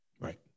Right